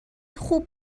خوب